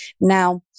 Now